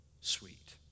sweet